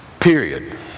period